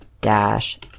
dash